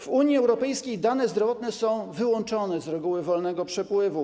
W Unii Europejskiej dane zdrowotne są wyłączone z reguły wolnego przepływu.